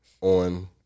on